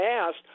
asked